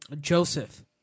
Joseph